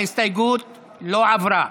ההסתייגות לא עברה.